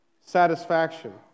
satisfaction